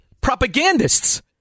propagandists